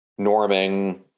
norming